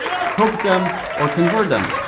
hook them or convert them.